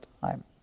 time